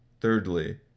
Thirdly